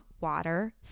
water